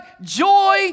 Joy